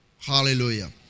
Hallelujah